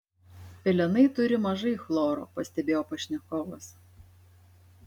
pelenai turi mažai chloro pastebėjo pašnekovas